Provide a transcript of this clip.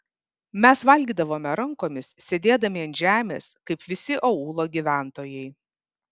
mes valgydavome rankomis sėdėdami ant žemės kaip visi aūlo gyventojai